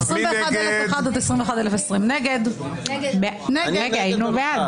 21,061 עד 21,080. מי בעד?